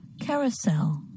Carousel